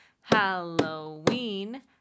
Halloween